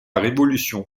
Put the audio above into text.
révolution